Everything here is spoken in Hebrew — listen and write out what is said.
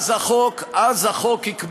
ואז החוק יקבע,